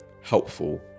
helpful